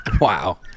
Wow